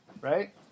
right